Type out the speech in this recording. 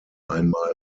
einmal